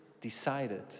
decided